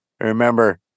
Remember